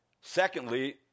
Secondly